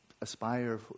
aspire